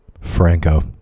Franco